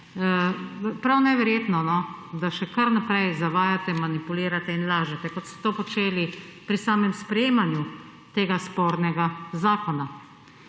prav neverjetno, da še kar naprej zavajate, manipulirate in lažete, kot ste to počeli pri samem sprejemanju tega spornega zakona.